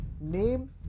name